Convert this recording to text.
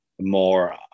more